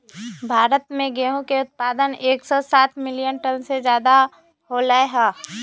भारत में गेहूं के उत्पादन एकसौ सात मिलियन टन से ज्यादा होलय है